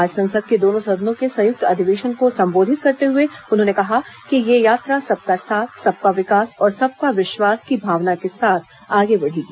आज संसद के दोनों सदनों के संयुक्त अधिवेशन को संबोधित करते हुए उन्होंने कहा कि यह यात्रा सबका साथ सबका विकास और सबका विश्वास की भावना के साथ आगे बढ़ेगी